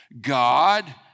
God